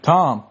Tom